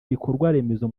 ibikorwaremezo